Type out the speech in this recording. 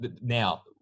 now